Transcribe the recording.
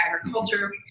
agriculture